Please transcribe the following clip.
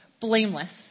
blameless